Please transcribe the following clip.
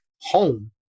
home